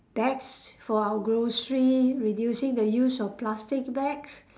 bags for our grocery reducing the use of plastic bags